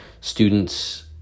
students